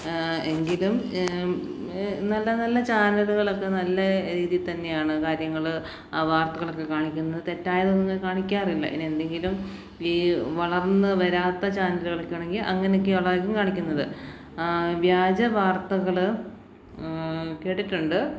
എങ്കിലും നല്ല നല്ല ചാനലുകളൊക്കെ നല്ല രീതി തന്നെയാണ് കാര്യങ്ങള് വർത്തകളൊക്കെ കാണിക്കുന്നത് തെറ്റായ ഇതൊന്നും കണിക്കാറില്ല പിന്നെ എന്തെങ്കിലും ഈ വളർന്നു വരാത്ത ചാനലുകളൊക്കെയാണെങ്കില് അങ്ങനൊക്കെയുള്ളതായിരിക്കിക്കും കാണിക്കുന്നത് വ്യാജ വർത്തകള് കേട്ടിട്ടുണ്ട്